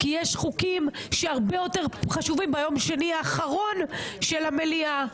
כי יש חוקים הרבה יותר חשובים ביום שני האחרון של המליאה.